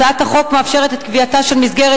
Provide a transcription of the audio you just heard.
הצעת החוק מאפשרת את קביעתה של מסגרת